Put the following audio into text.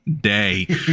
day